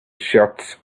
shots